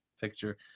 picture